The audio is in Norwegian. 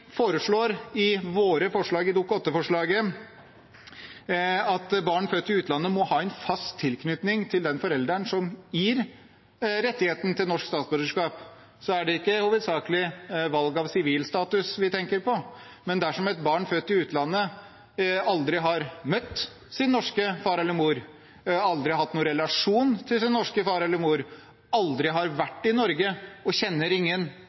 i våre forslag i Dokument 8-forslaget foreslår at barn født i utlandet må ha en fast tilknytning til den forelderen som gir rettighet til norsk statsborgerskap, er det ikke hovedsakelig valg av sivilstatus vi tenker på. Men dersom et barn født i utlandet aldri har møtt sin norske far eller mor, aldri har hatt noen relasjon til sin norske far eller mor, eller aldri har vært i Norge og kjenner ingen